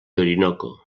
orinoco